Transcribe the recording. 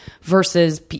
versus